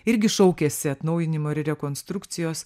irgi šaukiasi atnaujinimo ir rekonstrukcijos